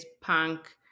punk